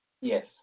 Yes